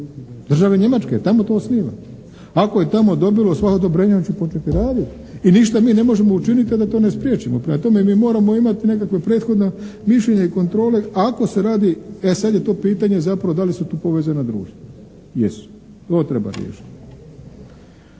Države Njemačke, tamo to osniva. Ako je tamo dobilo sva odobrenja, on će početi raditi i ništa mi ne možemo učiniti a da to ne spriječimo. Prema tome, mi moramo imati nekakva prethodna mišljenja i kontrole ako se radi, e sad je to pitanje zapravo da li su tu povezana društva. Jesu. To treba riješiti.